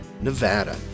Nevada